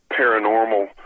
paranormal